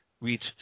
reach